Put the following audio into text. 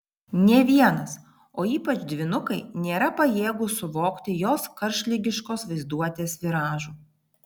nė vienas o ypač dvynukai nėra pajėgūs suvokti jos karštligiškos vaizduotės viražų